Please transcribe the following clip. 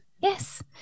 Yes